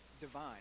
divine